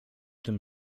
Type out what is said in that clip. tym